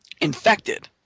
Infected